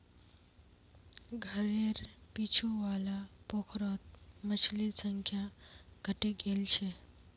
घरेर पीछू वाला पोखरत मछलिर संख्या घटे गेल छ